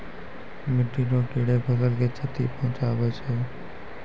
मिट्टी रो कीड़े फसल के क्षति पहुंचाबै छै